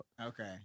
Okay